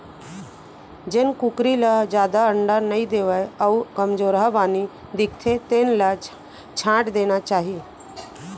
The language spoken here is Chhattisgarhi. जेन कुकरी ह जादा अंडा नइ देवय अउ कमजोरहा बानी दिखथे तेन ल छांट देना चाही